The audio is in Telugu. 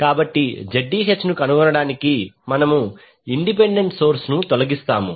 కాబట్టి Zth ను కనుగొనడానికి మనము ఇండిపెండెంట్ సోర్స్ ను తొలగిస్తాము